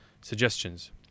suggestions